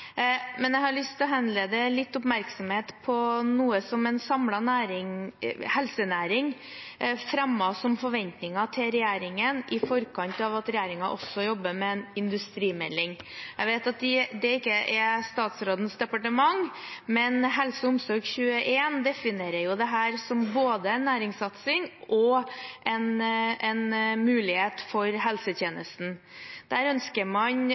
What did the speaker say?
Men jeg har lyst til å henlede oppmerksomheten litt på noe en samlet helsenæring fremmet som forventninger til regjeringen, i forkant av at regjeringen også jobber med en industrimelding. Jeg vet at dette ikke er statsrådens departement, men HelseOmsorg21 definerer dette som både en næringssatsing og en mulighet for helsetjenesten. Man ønsker økt kommersialisering av forskning, økt tilgang på utprøvingsenheter, testlaboratorier og ikke minst mulighet for